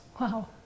Wow